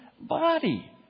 body